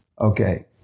Okay